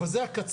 אבל זה הקצה.